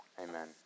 amen